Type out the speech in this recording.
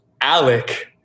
Alec